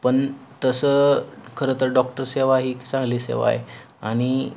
पण तसं खरं तर डॉक्टर सेवा ही चांगली सेवा आहे आणि